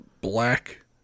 black